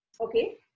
Okay